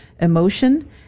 emotion